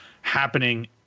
happening